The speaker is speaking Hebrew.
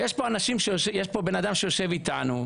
ויש פה בן אדם שיושב איתנו,